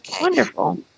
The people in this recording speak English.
wonderful